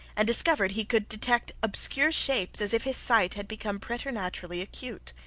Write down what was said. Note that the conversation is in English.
and discovered he could detect obscure shapes as if his sight had become preternaturally acute.